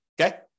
okay